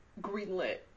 greenlit